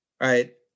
right